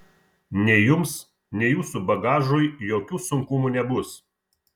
nei jums nei jūsų bagažui jokių sunkumų nebus